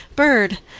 bird,